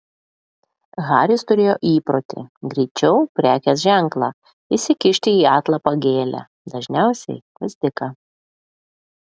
haris turėjo įprotį greičiau prekės ženklą įsikišti į atlapą gėlę dažniausiai gvazdiką